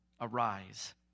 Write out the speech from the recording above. arise